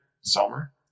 summer